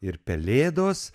ir pelėdos